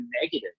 negative